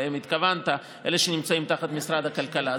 שהתכוונת אליהם ונמצאים תחת משרד הכלכלה.